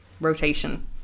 rotation